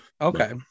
Okay